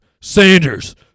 Sanders